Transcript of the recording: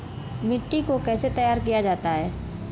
मिट्टी को कैसे तैयार किया जाता है?